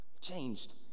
Changed